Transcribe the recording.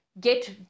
get